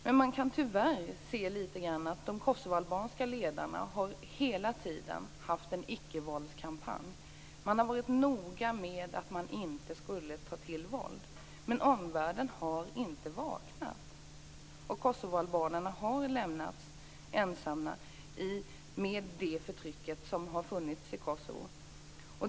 Men tyvärr kan man se att de kosovoalbanska ledarna hela tiden har haft en icke-våldskampanj. De har varit noga med att inte ta till våld. Men omvärlden har inte vaknat. Kosovoalbanerna har lämnats ensamma med förtrycket i Kosovo.